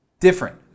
Different